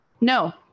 No